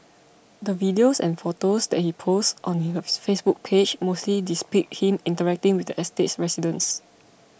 the videos and photos that he posts on Facebook page mostly depict him interacting with the estate's residents